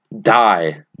Die